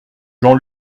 jean